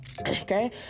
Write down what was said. okay